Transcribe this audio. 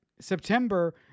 September